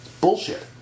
Bullshit